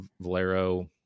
Valero